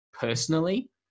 personally